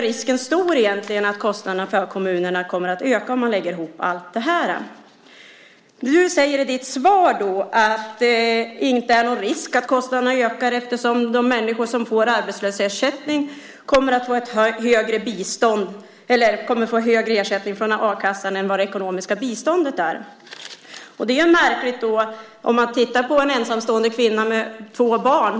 Risken är stor för att kostnaderna för kommunerna kommer att öka om man lägger ihop allt det här. Sven Otto Littorin, du säger i ditt svar att det inte är någon risk att kostnaderna ökar eftersom de människor som får arbetslöshetsersättning kommer att få högre ersättning från a-kassan än vad det ekonomiska biståndet är. Det är ju märkligt. Som ett exempel kan man ta en ensamstående kvinna med två barn.